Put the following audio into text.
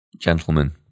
Gentlemen